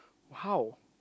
how